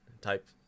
type